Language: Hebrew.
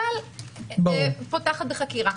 אבל היא פותחת בחקירה.